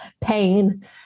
pain